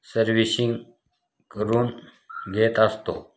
servicing करून घेत असतो